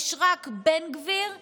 יש רק בן גביר והמפגינים,